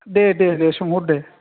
दे दे दे सोंहर दे